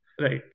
Right